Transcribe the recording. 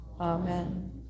amen